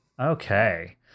Okay